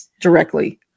directly